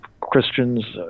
Christians